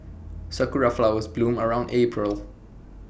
Sakura Flowers bloom around April